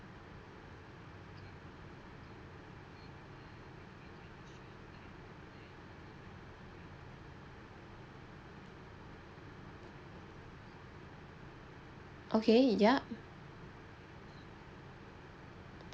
okay yup